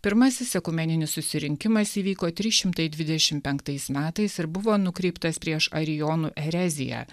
pirmasis ekumeninis susirinkimas įvyko trys šimtai dvidešimt penktais metais ir buvo nukreiptas prieš arijonų ereziją